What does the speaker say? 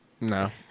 No